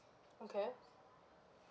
okay